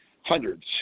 hundreds